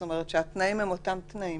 זאת אומרת שהתנאים הם אותם תנאים.